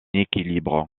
équilibre